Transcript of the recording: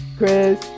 Chris